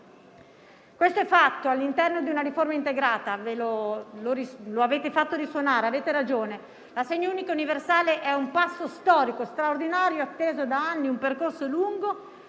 Questo è fatto all'interno di una riforma integrata, come avete fatto risuonare. Avete ragione: l'assegno unico universale è un passo storico straordinario, atteso da anni; è il risultato